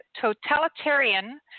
totalitarian